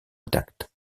intact